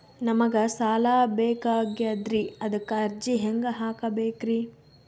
ನಮಗ ಸಾಲ ಬೇಕಾಗ್ಯದ್ರಿ ಅದಕ್ಕ ಅರ್ಜಿ ಹೆಂಗ ಹಾಕಬೇಕ್ರಿ?